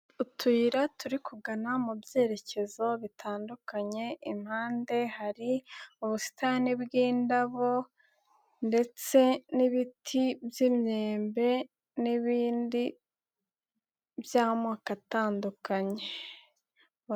Utuyira turi kugana mu byerekezo bitandukanye, impande hari ubusitani bw'indabo ndetse n'ibiti by'imyembe n'ibindi by'amoko atandukanye.